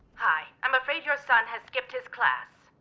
hi. i'm afraid your son has skipped his class.